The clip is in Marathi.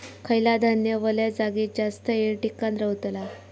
खयला धान्य वल्या जागेत जास्त येळ टिकान रवतला?